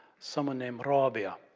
someone named but ah-ra-bee-a.